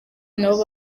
nabo